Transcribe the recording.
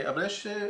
אבל יש,